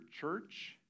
church